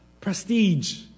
prestige